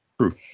True